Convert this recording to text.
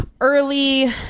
early